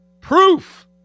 Proof